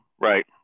Right